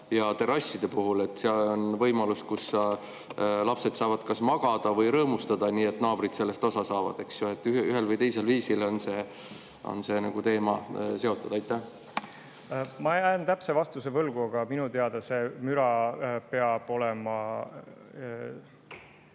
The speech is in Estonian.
ja terasside puhul. See on [koht], kus lapsed saavad kas magada või rõõmustada nii, et naabrid sellest osa saavad. Ühel või teisel viisil on see teema seotud. Ma jään täpse vastuse võlgu, aga minu teada müra mõõdetakse